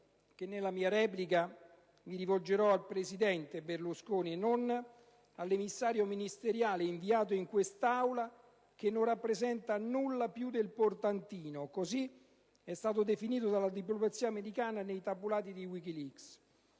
che nella mia replica mi rivolgerò al presidente Berlusconi e non all'emissario ministeriale inviato in quest'Aula, che non rappresenta nulla più del portantino: così è stato definito dalla diplomazia americana nei tabulati di Wikileaks.